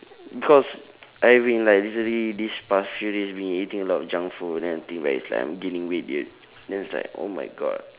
because I mean like recently these past few days been eating a lot of junk food then I think back it's like I'm like gaining weight dude then it's like oh my god